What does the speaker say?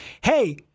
hey